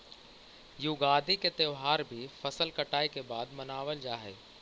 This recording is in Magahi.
युगादि के त्यौहार भी फसल कटाई के बाद मनावल जा हइ